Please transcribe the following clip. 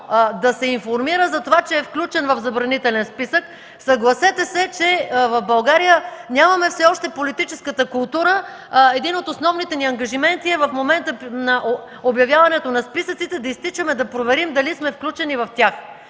да се информира за това, че е включен в забранителен списък. Съгласете се, че в България нямаме все още политическата култура. Един от основните ни ангажименти е в момента на обявяването на списъците да изтичаме да проверим дали сме включени в тях.